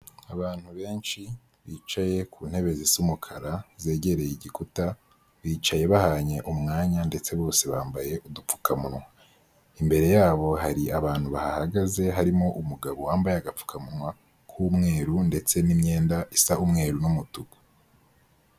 Abantu benshi bicaye ku ntebe zisa umukara, zegereye igikuta, bicaye bahanye umwanya ndetse bose bambaye udupfukamunwa. Imbere yabo hari abantu bahahagaze harimo umugabo wambaye agapfukamunwa k'umweru, ndetse n'imyenda isa umweru n'umutuku.